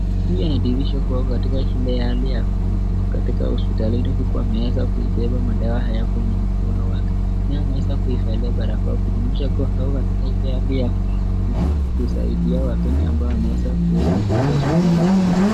Hii anadhihirisha kwa katika ile hali ya katika hospitalini huku ameweza kuibeba madawa haya kwenye mkono wake, na ameweza kuifanya ile baraka kuunganisha kwao katika ile hali ya kusaidia Wakenya ambao wameweza kuenda katika hospitali hilo.